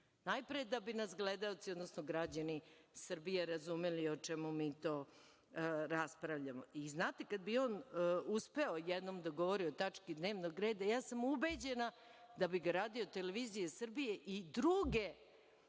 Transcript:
Najpre da bi nas gledaoci, odnosno građani Srbije razumeli o čemu mi to raspravljamo. Znate, kad bi on uspeo jednom da govori o tački dnevnog reda, ubeđena sam da bi ga Radio televizija Srbije i druge